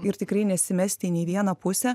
ir tikrai nesimesti nei į vieną pusę